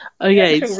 Okay